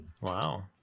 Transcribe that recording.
Wow